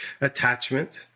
attachment